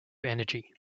energy